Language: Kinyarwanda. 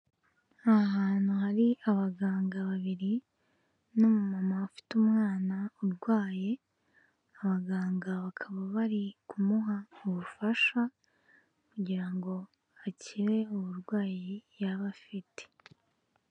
Ni ahantu hari abaganga babiri n'umumama ufite umwana urwaye, abaganga bakaba bari kumuha ubufasha kugira ngo akire uburwayi yaba afite.